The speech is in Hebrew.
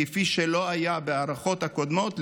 כפי שלא היה בהארכות הקודמות,